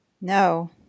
No